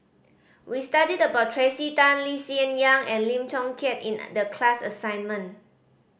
we studied about Tracey Tan Lee Hsien Yang and Lim Chong Keat in the class assignment